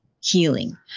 healing